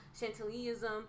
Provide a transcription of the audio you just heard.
chantillyism